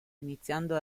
iniziando